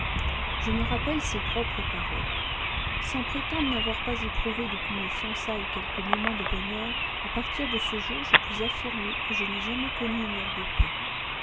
je me rappelle ses propres paroles sans prétendre n'avoir pas éprouvé depuis mes fiançailles quelques moments de bonheur à partir de ce jour je puis affirmer que je n'ai jamais connu une heure de paix